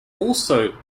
also